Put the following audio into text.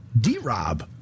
D-Rob